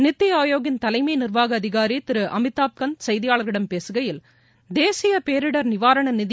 நிதி ஆயோகின் தலைமை நிர்வாக அதிகாரி திரு அமிதாப் கான் செய்தியாளர்களிடம் பேசுகையில் தேசிய பேரிடர் நிவாரண நிதி